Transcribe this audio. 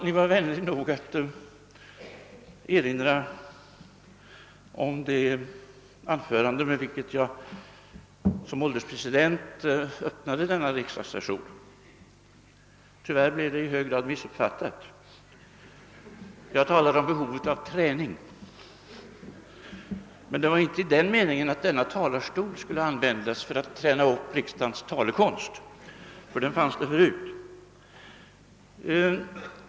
Ni var vänlig nog att erinra om det anförande med vilket jag såsom ålderspresident öppnade denna riksdagssejour. Tyvärr blev det i hög grad missuppfattat. Jag talade om behovet av träning men inte i den meningen att denna talarstol skulle användas för att träna upp riksdagsmännens talekonst, ty den fanns där förut.